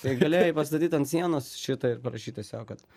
tai galėjai pastatyt ant sienos šitą ir parašyt tiesiog kad